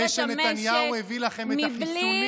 אחרי שנתניהו הביא לכם את החיסונים.